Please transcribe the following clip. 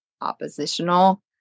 Oppositional